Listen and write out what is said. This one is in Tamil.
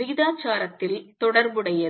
விகிதாசாரத்தில் தொடர்புடையது